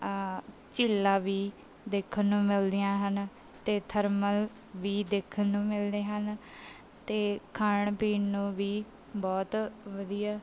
ਝੀਲਾਂ ਵੀ ਦੇਖਣ ਨੂੰ ਮਿਲਦੀਆਂ ਹਨ ਅਤੇ ਥਰਮਲ ਵੀ ਦੇਖਣ ਨੂੰ ਮਿਲਦੇ ਹਨ ਅਤੇ ਖਾਣ ਪੀਣ ਨੂੰ ਵੀ ਬਹੁਤ ਵਧੀਆ